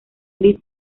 gris